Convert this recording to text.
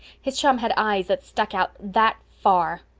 his chum had eyes that stuck out that far.